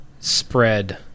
spread